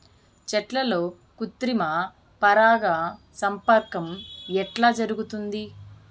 చెట్లల్లో కృత్రిమ పరాగ సంపర్కం ఎట్లా జరుగుతుంది?